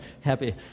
happy